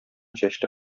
чәчле